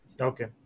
Okay